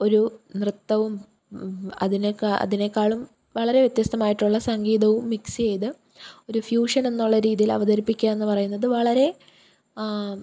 ഒരു നൃത്തവും അതിനെയൊക്കെ അതിനേക്കാളും വളരെ വ്യത്യസ്തമായിട്ടുള്ള സംഗീതവും മിക്സ് ചെയ്ത് ഒരു ഫ്യൂഷനെന്നുള്ള രീതിയിൽ അവതരിപ്പിക്കുകയെന്ന് പറയുന്നത് വളരെ